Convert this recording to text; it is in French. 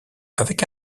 avec